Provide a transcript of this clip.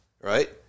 right